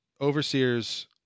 Overseers